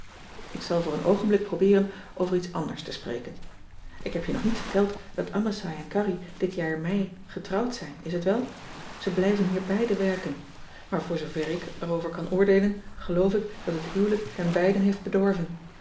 k zal voor een oogenblik probeeren over iets anders te spreken k heb je nog niet verteld dat masai en arry dit jaar ei getrouwd zijn is het wel e blijven hier beiden werken maar voor zoover ik erover kan oordeelen geloof ik dat het huwelijk hen beiden heeft bedorven